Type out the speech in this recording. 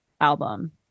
album